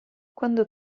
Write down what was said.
quando